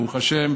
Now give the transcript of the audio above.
ברוך השם,